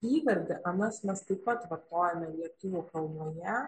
įvardį anas mes taip pat vartojame lietuvių kalboje